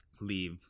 leave